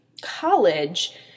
college